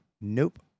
Nope